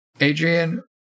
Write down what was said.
Adrian